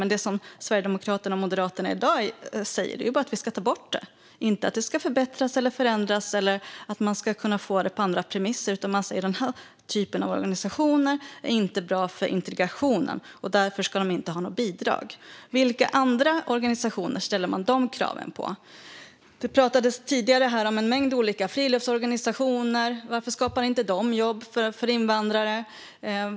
Men det som Sverigedemokraterna och Moderaterna i dag säger är att vi bara ska ta bort bidraget. Det handlar inte om att det ska förbättras eller förändras eller att man ska få det på andra premisser. Man säger att den här typen av organisationer inte är bra för integrationen, och därför ska de inte ha något bidrag. Vilka andra organisationer ställer man de kraven på? Det pratades tidigare här om en mängd olika friluftsorganisationer. Varför skapar inte de jobb för invandrare?